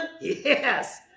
Yes